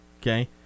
Okay